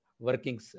Working